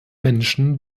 menschen